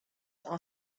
are